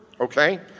okay